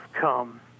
come